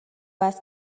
است